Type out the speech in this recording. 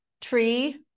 tree